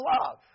love